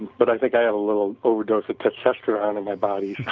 but i think i had a little overdose of testosterone in my body.